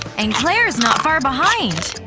and clair's not far behind!